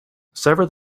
sever